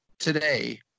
today